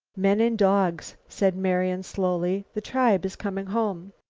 men and dogs, said marian, slowly. the tribe is coming home.